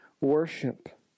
worship